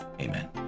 Amen